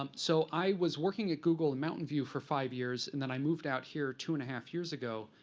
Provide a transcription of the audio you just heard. um so i was working at google in mountain view for five years, and then i moved out here two and a half years ago.